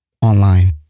online